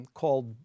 called